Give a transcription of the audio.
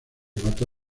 mató